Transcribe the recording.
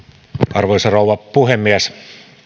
arvoisa rouva puhemies